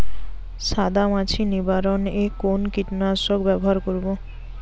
সাদা মাছি নিবারণ এ কোন কীটনাশক ব্যবহার করব?